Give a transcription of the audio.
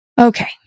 Okay